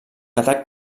atac